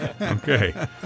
Okay